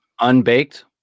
Unbaked